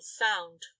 sound